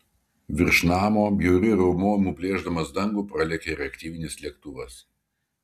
virš namo bjauriu riaumojimu plėšdamas dangų pralėkė reaktyvinis lėktuvas